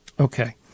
Okay